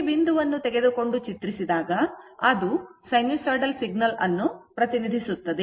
ಪ್ರತಿ ಬಿಂದುವನ್ನು ತೆಗೆದುಕೊಂಡು ಚಿತ್ರಿಸಿದಾಗ ಅದು ಸೈನುಸೈಡಲ್ ಸಿಗ್ನಲ್ ಅನ್ನು ಪ್ರತಿನಿಧಿಸುತ್ತದೆ